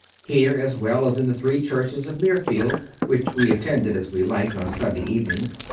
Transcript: here, as well as in the three churches of mirfield, which we attended as we liked on sunday evenings,